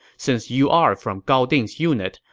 since you are from gao ding's unit,